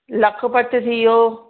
लखपत थी वियो